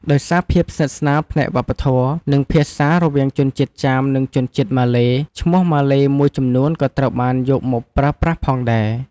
ដោយសារភាពស្និទ្ធស្នាលផ្នែកវប្បធម៌ និងភាសារវាងជនជាតិចាម និងជនជាតិម៉ាឡេ ឈ្មោះម៉ាឡេមួយចំនួនក៏ត្រូវបានយកមកប្រើប្រាស់ផងដែរ។